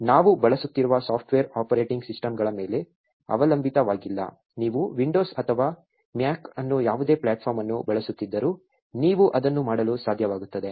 ನಾವು ಬಳಸುತ್ತಿರುವ software operating ಸಿಸ್ಟಂಗಳ ಮೇಲೆ ಅವಲಂಬಿತವಾಗಿಲ್ಲ ನೀವು ವಿಂಡೋಸ್ ಅಥವಾ ಮ್ಯಾಕ್ ಅನ್ನು ಯಾವುದೇ ಪ್ಲಾಟ್ಫಾರ್ಮ್ ಅನ್ನು ಬಳಸುತ್ತಿದ್ದರೂ ನೀವು ಅದನ್ನು ಮಾಡಲು ಸಾಧ್ಯವಾಗುತ್ತದೆ